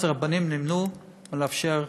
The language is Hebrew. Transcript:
אז הרבנים נמנעו מלאפשר.